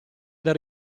del